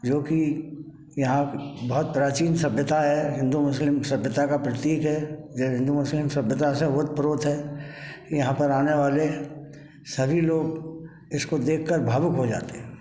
जो कि यहाँ बहुत प्राचीन सभ्यता है हिंदू मुस्लिम सभ्यता का प्रतीक है ये हिंदू मुस्लिम सभ्यता से ओत प्रोत है यहाँ पर आने वाले सभी लोग इसको देखकर भावुक हो जाते हैं